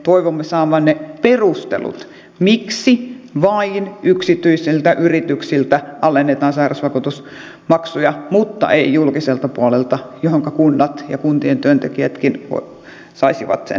toivomme saavamme perustelut miksi vain yksityisiltä yrityksiltä alennetaan sairausvakuutusmaksuja mutta ei julkiselta puolelta jolloinka kunnat ja kuntien työntekijätkin saisivat sen hyväkseen